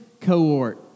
cohort